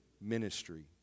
ministry